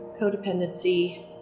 codependency